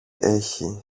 έχει